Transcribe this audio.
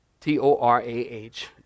T-O-R-A-H